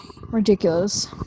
ridiculous